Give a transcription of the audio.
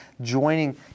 joining